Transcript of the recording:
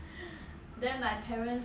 then my parents